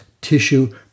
tissue